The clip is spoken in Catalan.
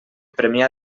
premià